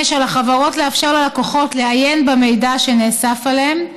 5. על החברות לאפשר ללקוחות לעיין במידע שנאסף עליהם,